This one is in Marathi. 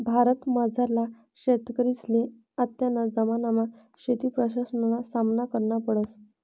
भारतमझारला शेतकरीसले आत्तेना जमानामा शेतीप्रश्नसना सामना करना पडस